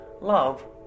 love